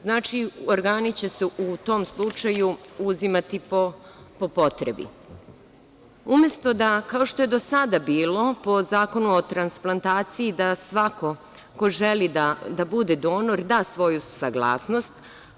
Znači, organi će se u tom slučaju uzimati po potrebi, umesto da, kao što je do sada bilo, po Zakonu o transplantaciji, svako ko želi da bude donor, da svoju saglasnost.